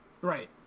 Right